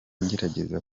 ngerageza